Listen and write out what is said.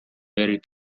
very